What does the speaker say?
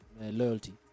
loyalty